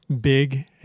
big